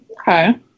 Okay